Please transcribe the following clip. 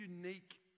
unique